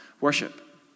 worship